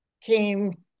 came